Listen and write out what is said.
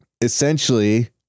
essentially